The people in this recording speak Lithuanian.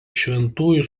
šventųjų